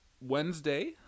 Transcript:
Wednesday